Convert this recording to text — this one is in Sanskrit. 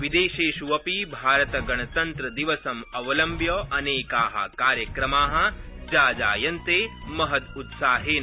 विदेशेष् अपि भारतगणतन्त्रदिवसमवलम्ब्य अनेका कार्यक्रमा जाजायन्ते महद्त्साहेन